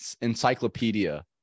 encyclopedia